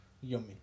Yummy